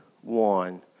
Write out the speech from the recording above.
one